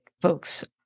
folks